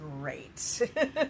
great